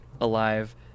alive